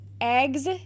eggs